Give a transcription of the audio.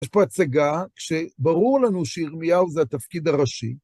יש פה הצגה, כשברור לנו שירמיהו זה התפקיד הראשי,